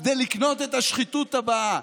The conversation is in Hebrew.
כדי לקנות את השחיתות הבאה.